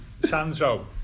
Sanzo